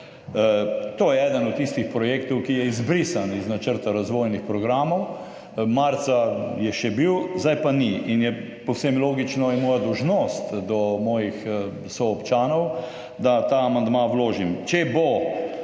To je eden od tistih projektov, ki je izbrisan iz načrta razvojnih programov, marca je še bil, zdaj pa ni. In je povsem logično in moja dolžnost do soobčanov, da ta amandma vložim. Če bo